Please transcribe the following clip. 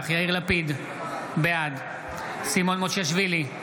יאיר לפיד, בעד סימון מושיאשוילי,